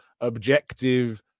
objective